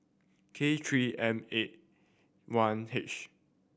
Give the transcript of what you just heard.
K Three M eight one H